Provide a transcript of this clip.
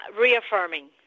reaffirming